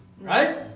Right